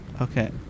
Okay